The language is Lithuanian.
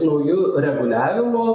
su nauju reguliavimu